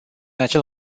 acel